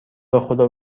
بخدا